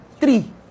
three